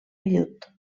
vellut